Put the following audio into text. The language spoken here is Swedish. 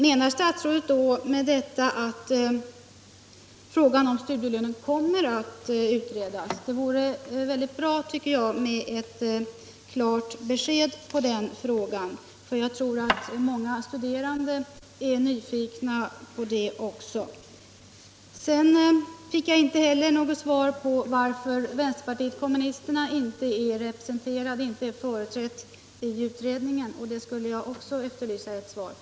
Menar statsrådet med detta att frågan om studielönen kommer att utredas? Det vore mycket värdefullt att få ett klart besked i den frågan. Jag tror nämligen att många studerande är nyfikna på svaret. Vidare fick jag inte heller något svar på varför vänsterpartiet kommunisterna inte ens är företrätt i utredningen. Också i den frågan vill jag efterlysa ett besked.